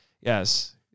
Yes